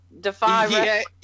defy